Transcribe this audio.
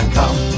come